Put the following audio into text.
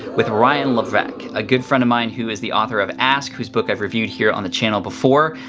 with ryan levesque, a good friend of mine who is the author of ask, whose book i've reviewed here on the channel before.